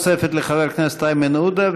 שאלה נוספת לחבר הכנסת איימן עודה,